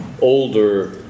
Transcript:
older